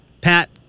Pat